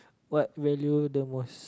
what value the most